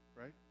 Right